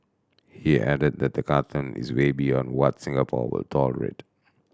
he added that the cartoon is way beyond what Singapore will tolerate